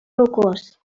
rocós